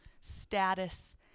status